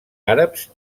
àrabs